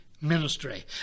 ministry